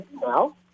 now